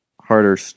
harder